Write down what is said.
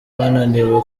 bananiwe